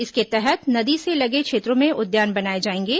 इसके तहत नदी से लगे क्षेत्रों में उद्यान बनाए जाएंगे